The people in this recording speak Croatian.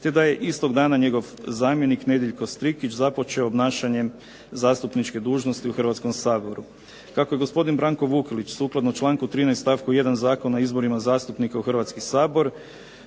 te da je istog dana njegova zamjenica Ivanka Roksandić započela s obnašanjem zastupničke dužnosti u Hrvatskom saboru. Kako je gospodin Ivan Šuker sukladno članku 13. stavku 1. Zakona o izborima zastupnika u Hrvatski sabor